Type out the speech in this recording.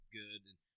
good